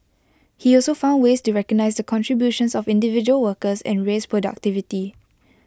he also found ways to recognise the contributions of individual workers and raise productivity